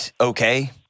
okay